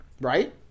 right